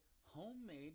homemade